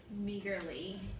meagerly